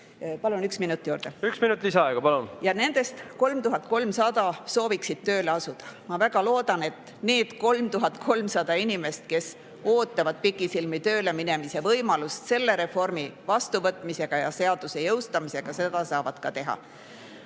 Palun ühe minuti juurde. Üks minut lisaaega, palun! Nendest 3300 sooviksid tööle asuda. Ma väga loodan, et need 3300 inimest, kes ootavad pikisilmi tööle minemise võimalust, selle reformi [elluviimise] ja seaduse jõustamise korral saavad seda